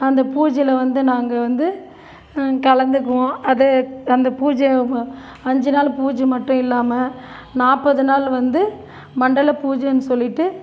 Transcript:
அந்த பூஜைல வந்து நாங்கள் வந்து கலந்துக்குவோம் அதை அந்த பூஜை ம அஞ்சு நாள் பூஜை மட்டும் இல்லாமல் நாற்பது நாள் வந்து மண்டல பூஜைன்னு சொல்லிவிட்டு